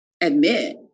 admit